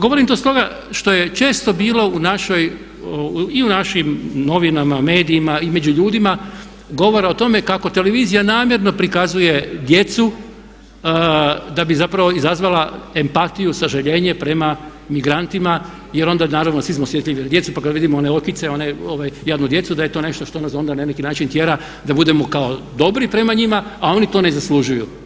Govorim to stoga što je često bilo u našoj i u našim novinama, medijima i među ljudima govora o tome kako televizija namjerno prikazuje djecu da bi zapravo izazivala empatiju, sažaljenje prema migrantima jer onda naravno svi smo svjesni na djecu, pa kad vidimo one okice, jadnu djecu da je to nešto što nas onda na neki način tjera da budemo kao dobri prema njima a oni to ne zaslužuju.